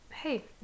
Hey